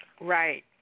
Right